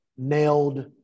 nailed